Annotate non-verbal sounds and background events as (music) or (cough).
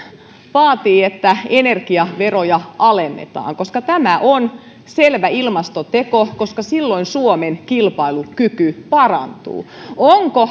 vaatii että energiaveroja alennetaan koska tämä on selvä ilmastoteko koska silloin suomen kilpailukyky parantuu onko (unintelligible)